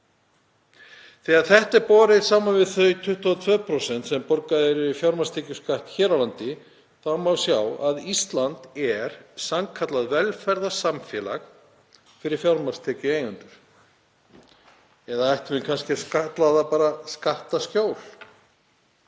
Þegar þetta er borið saman við þau 22% sem greidd eru í fjármagnstekjuskatt hér á landi má sjá að Ísland er sannkallað velferðarsamfélag fyrir fjármagnstekjueigendur, eða ættum við kannski að kalla það bara skattaskjól?